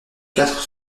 quatre